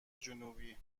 جنوبی